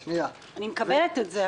אני מקבלת את זה.